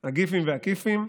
הגיפים והכיפים.